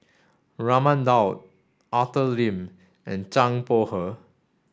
Raman Daud Arthur Lim and Zhang Bohe